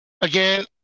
Again